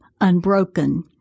Unbroken